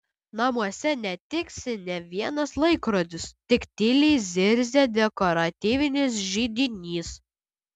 namuose netiksi nė vienas laikrodis tik tyliai zirzia dekoratyvinis židinys